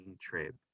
trip